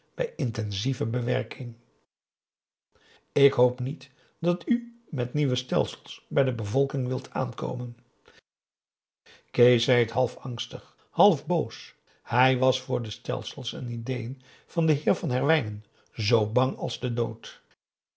bij intensieve bewerking ik hoop niet dat u met nieuwe stelsels bij de bevolking wilt aankomen kees zei het half angstig half boos hij was voor de stelsels en ideeën van den heer van herwijnen zoo bang als de dood